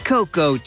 Coco